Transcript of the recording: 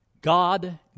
God